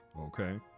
okay